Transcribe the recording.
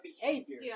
behavior